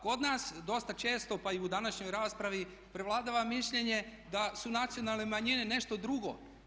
Kod nas dosta često, pa i u današnjoj raspravi, prevladava mišljenje da su nacionalne manjine nešto drugo.